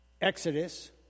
Exodus